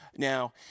Now